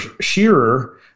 Shearer